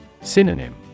Synonym